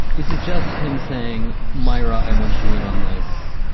is it just him saying, myra, i want you in on this?